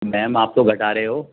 میم آپ تو گھٹا رہے ہو